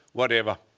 whatever.